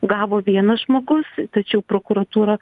gavo vienas žmogus tačiau prokuratūra